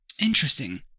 Interesting